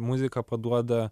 muzika paduoda